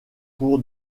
pour